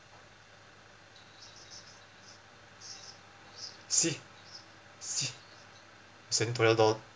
C C